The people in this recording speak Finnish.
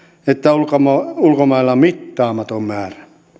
että ulkomailla ulkomailla mittaamaton määrä